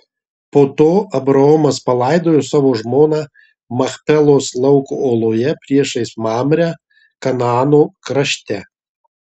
po to abraomas palaidojo savo žmoną machpelos lauko oloje priešais mamrę kanaano krašte